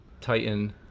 Titan